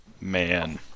Man